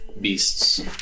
Beasts